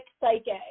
psychic